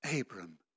Abram